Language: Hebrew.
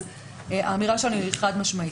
אז האמירה שלנו היא חד משמעית.